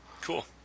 Cool